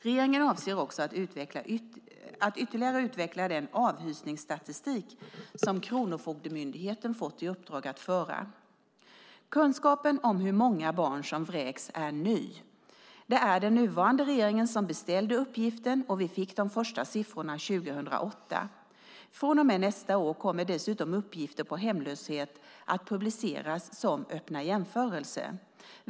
Regeringen avser också att ytterligare utveckla den avhysningsstatistik som Kronofogdemyndigheten fått i uppdrag att föra. Kunskapen om hur många barn som vräks är ny. Det är den nuvarande regeringen som beställde uppgiften, och vi fick de första siffrorna 2008. Från och med nästa år kommer dessutom uppgifter om hemlöshet att publiceras som Öppna jämförelser.